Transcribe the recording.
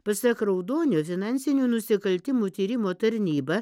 pasak raudonio finansinių nusikaltimų tyrimo tarnyba